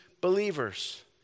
believers